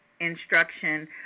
instruction